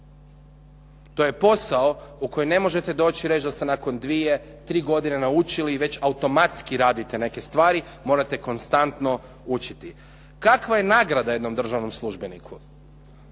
To je posao u koji ne možete doći i reći da ste nakon 2, 3 godine naučili i već automatski radite neke stvari, morate konstantno učiti. Kakva je nagrada jednom državnom službeniku?